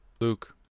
Luke